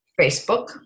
Facebook